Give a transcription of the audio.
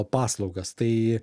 paslaugas tai